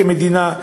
כמדינה,